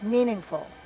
meaningful